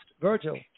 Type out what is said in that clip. Virgil